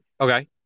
Okay